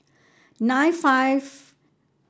nine five